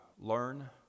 learn